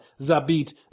Zabit